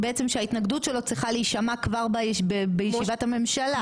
בעצם שההתנגדות שלו צריכה להישמע כבר בישיבת הממשלה.